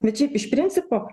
bet šiaip iš principo